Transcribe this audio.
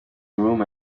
room